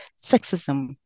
sexism